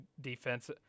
defense